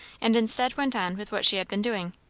and instead went on with what she had been doing.